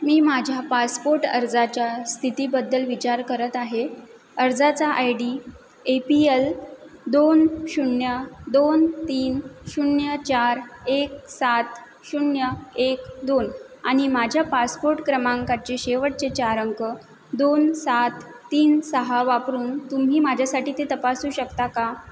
मी माझ्या पासपोर्ट अर्जाच्या स्थितीबद्दल विचार करत आहे अर्जाचा I D A P L दोन शून्य दोन तीन शून्य चार एक सात शून्य एक दोन आणि माझ्या पासपोर्ट क्रमांकाचे शेवटचे चार अंक दोन सात तीन सहा वापरून तुम्ही माझ्यासाठी ते तपासू शकता का